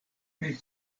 pri